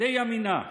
די אמינה.